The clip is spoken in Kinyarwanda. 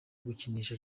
gukinisha